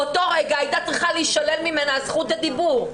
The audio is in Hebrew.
באותו רגע הייתה צריכה להישלל ממנה זכות הדיבור.